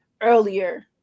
earlier